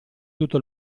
tutto